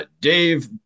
Dave